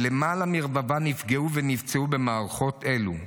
למעלה מרבבה נפגעו ונפצעו במערכות אלו.